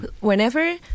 Whenever